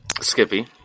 Skippy